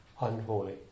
unholy